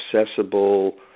accessible